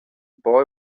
boy